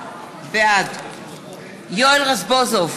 בעד יואל רזבוזוב,